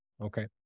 Okay